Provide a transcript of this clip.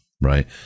right